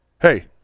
Hey